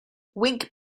wink